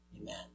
Amen